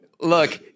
look